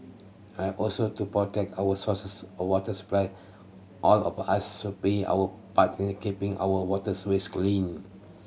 I also to protect our sources or water supply all of us should play our part in keeping our waters ways clean